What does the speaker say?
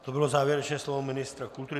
To bylo závěrečné slovo ministra kultury.